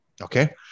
Okay